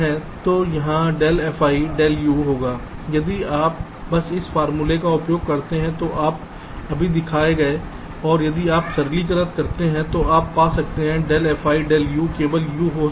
तो यहाँ del fi del u होगा यदि आप बस उस फॉर्मूले का उपयोग करते हैं तो आप अभी दिखाए गए हैं और यदि आप एक सरलीकरण करते हैं तो आप पा सकते हैं del fi del u केवल u हो जाता है